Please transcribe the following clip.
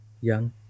young